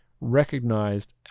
recognized